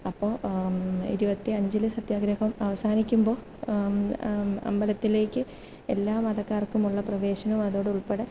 അപ്പോൾ ഇരുപത്തി അഞ്ചിൽ സത്യാഗ്രഹം അവസാനിക്കുമ്പോൾ അമ്പലത്തിലേക്ക് എല്ലാ മതക്കാർക്കുമുള്ള പ്രവേശനം അതോടുൾപ്പെടെ